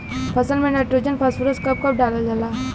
फसल में nitrogen phosphorus कब कब डालल जाला?